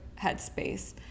headspace